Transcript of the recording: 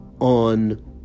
on